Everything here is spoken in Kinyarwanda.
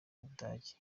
budage